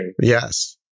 Yes